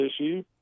issue